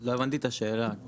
לא הבנתי את השאלה.